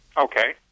Okay